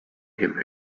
him